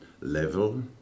level